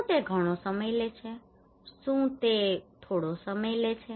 શું તે ઘણો સમય લે છે શું તે થોડો સમય લે છે